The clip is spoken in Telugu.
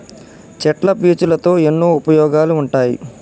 చెట్ల పీచులతో ఎన్నో ఉపయోగాలు ఉంటాయి